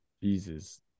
Jesus